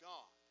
God